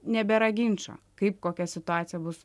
nebėra ginčo kaip kokia situacija bus